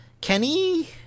Kenny